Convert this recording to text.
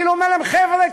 כאילו אומר להם: חבר'ה,